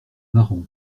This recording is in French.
marrant